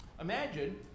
Imagine